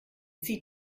zieht